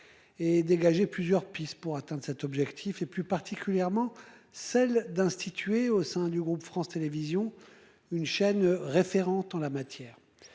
Et dégager plusieurs pistes pour atteindre cet objectif, et plus particulièrement celle d'instituer au sein du groupe France Télévision, une chaîne référence en la matière.